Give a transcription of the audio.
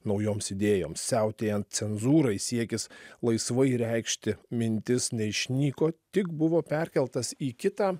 naujoms idėjoms siautėjant cenzūrai siekis laisvai reikšti mintis neišnyko tik buvo perkeltas į kitą